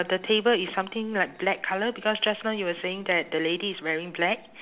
the table is something like black colour because just now you were saying that the lady is wearing black